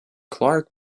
clark